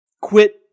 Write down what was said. Quit